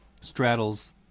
straddles